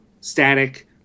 static